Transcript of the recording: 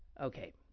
Okay